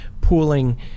Pooling